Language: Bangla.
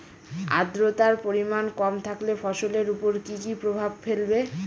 আদ্রর্তার পরিমান কম থাকলে ফসলের উপর কি কি প্রভাব ফেলবে?